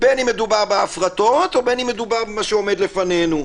בין אם מדובר בהפרטות או בין אם מדובר במה שעומד לפנינו.